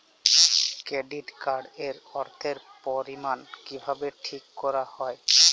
Credit card এর অর্থের পরিমান কিভাবে ঠিক করা হয়?